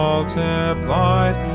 multiplied